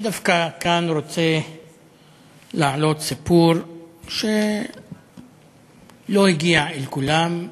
אני רוצה דווקא כאן להעלות סיפור שלא הגיע לכולם,